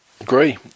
Agree